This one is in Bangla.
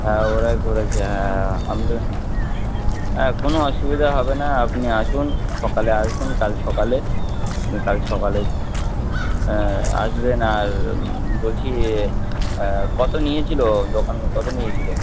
হ্যাঁ ওরাই করেছে হ্যাঁ আমি তো হ্যাঁ কোনো অসুবিধা হবে না আপনি আসুন সকালে আসুন কাল সকালে আপনি কাল সকালে হ্যাঁ আসবেন আর বলছি কত নিয়েছিল দোকান কত নিয়েছিল